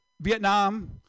Vietnam